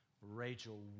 Rachel